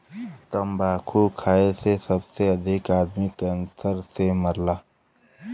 तम्बाकू खाए से सबसे अधिक आदमी कैंसर से मरला